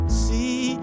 see